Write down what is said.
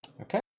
Okay